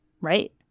right